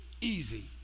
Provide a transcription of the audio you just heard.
Easy